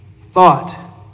thought